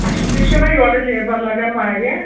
اَسہِ تہِ چھُنا یورٕ لَیبر لَگان واریاہ